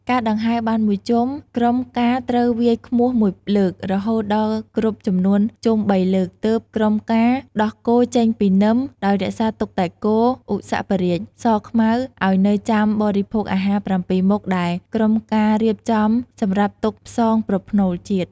ការដង្ហែរបានមួយជុំ ក្រមការត្រូវវាយឃ្មោះមួយលើក រហូតដល់គ្រប់ចំនួនជុំបីលើក ទើបក្រមការ ដោះគោចេញពីនឹម ដោយរក្សាទុកតែគោ ឧសភរាជ សខ្មៅ ឱ្យនៅចាំបរិភោគអាហារ ៧មុខ ដែលក្រមការរៀបចំសម្រាប់ទុកផ្សងប្រផ្នូលជាតិ។